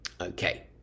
Okay